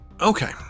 Okay